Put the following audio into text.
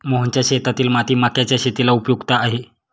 मोहनच्या शेतातील माती मक्याच्या शेतीला उपयुक्त आहे